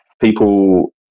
People